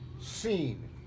seen